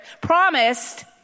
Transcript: promised